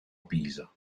pisa